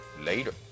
Later